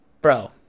bro